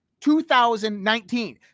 2019